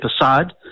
aside